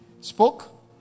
spoke